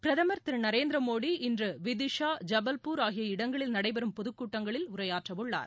பிரதமர் திரு நரேந்திர மோடி இன்று விதிஷா ஜபல்பூர் ஆகிய இடங்களில் நடைபெறும் பொதுக் கூட்டங்களில் உரையாற்றவுள்ளார்